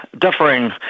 differing